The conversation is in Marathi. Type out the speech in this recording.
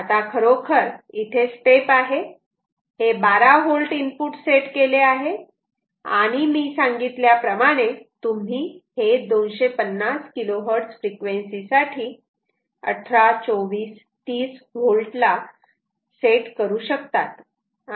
आता खरोखर इथे स्टेप आहे हे 12 V इनपुट सेट केले आहे आणि मी सांगितल्याप्रमाणे तुम्ही हे250 KHz फ्रिक्वेन्सी साठी 18 24 30 V ला करू शकतात